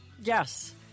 Yes